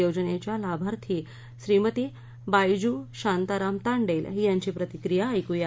या योजनेच्या लाभार्थी श्रीमती बायजू शांताराम तांडेल यांची प्रतिक्रिया ऐकूया